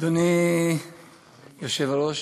אדוני היושב-ראש,